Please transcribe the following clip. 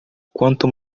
quanto